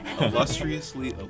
Illustriously